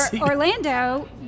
Orlando